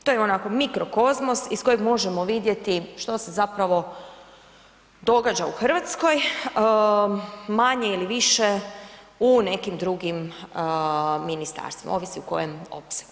To je onaj mikrokozmos iz kojeg možemo vidjeti što se zapravo događa u Hrvatskoj, manje ili više u nekim drugim ministarstvima, ovisi u kojem opsegu.